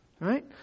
Right